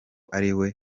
ariwe